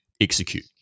execute